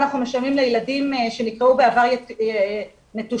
אנחנו משלמים לילדים שנקראו בעבר נטושים,